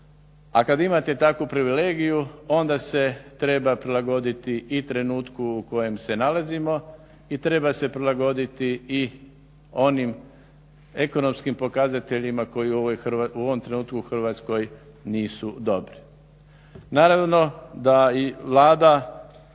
A kad imate takvu privilegiju onda se treba prilagoditi i trenutku u kojem se nalazimo i treba se prilagoditi i onim ekonomskim pokazateljima koji u ovom trenutku u Hrvatskoj nisu dobri. Naravno da Vlada,